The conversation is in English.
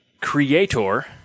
creator